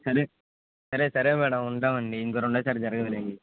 సరే సరే సరే మేడమ్ ఉంటాం అండి ఇంక రెండోసారి జరగదులేండి